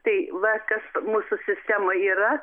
tai va kas mūsų sistemoj yra